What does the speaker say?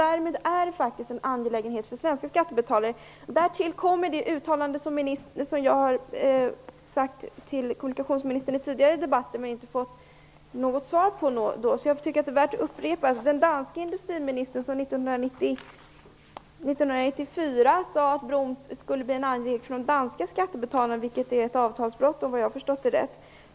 Därmed är det en angelägenhet för svenska skattebetalare. Därtill kommer det uttalande som jag har frågat kommunikationsministern om i tidigare debatter men inte fått något svar på. Det är värt att upprepa det. Den danske industriministern sade 1994 att bron skulle bli en angelägenhet för de danska skattebetalarna. Det är ett avtalsbrott, om jag har förstått det rätt.